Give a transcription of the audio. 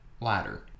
ladder